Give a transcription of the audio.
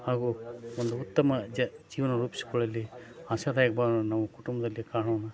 ಹಾಗೂ ಒಂದು ಉತ್ತಮ ಜ ಜೀವನ ರೂಪಿಸಿಕೊಳ್ಳಲಿ ಆಶಾದಾಯಕ ಭಾವನ ನಾವು ಕುಟುಂಬದಲ್ಲೇ ಕಾಣೋಣ